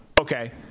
okay